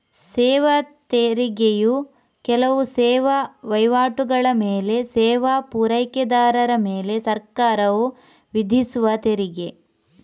ಸೇವಾ ತೆರಿಗೆಯು ಕೆಲವು ಸೇವಾ ವೈವಾಟುಗಳ ಮೇಲೆ ಸೇವಾ ಪೂರೈಕೆದಾರರ ಮೇಲೆ ಸರ್ಕಾರವು ವಿಧಿಸುವ ತೆರಿಗೆ